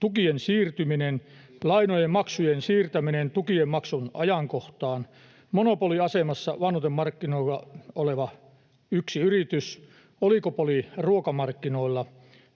tukien siirtyminen, lainojen maksujen siirtäminen tukien maksun ajankohtaan, [Juho Eerolan välihuuto] monopoliasemassa lannoitemarkkinoilla oleva yksi yritys, oligopoli ruokamarkkinoilla.